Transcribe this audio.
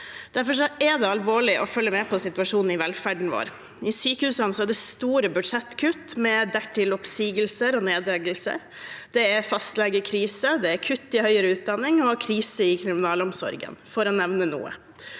Derfor er det alvorlig å følge med på situasjonen i velferden vår. I sykehusene er det store budsjettkutt, med dertil oppsigelser og nedleggelser. Det er fastlegekrise, det er kutt i høyere utdanning, og det er krise i kriminalomsorgen